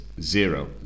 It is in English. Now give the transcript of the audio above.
zero